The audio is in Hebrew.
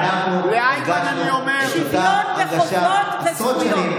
אנחנו הרגשנו את אותה הרגשה עשרות שנים.